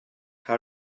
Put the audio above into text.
how